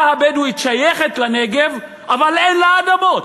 הבדואית שייכת לנגב אבל אין לה אדמות.